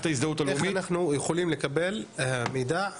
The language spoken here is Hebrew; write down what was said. ההזדהות הלאומית --- ואליד אלהואשלה (רע"מ,